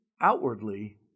outwardly